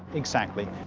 exactly.